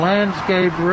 Landscape